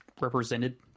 represented